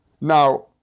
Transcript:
now